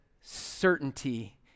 certainty